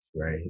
Right